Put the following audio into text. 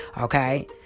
Okay